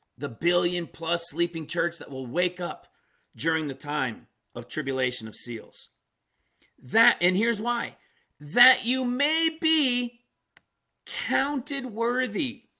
the billion-plus sleeping church, that will wake up during the time of tribulation of seals that and here's why that you may be counted worthy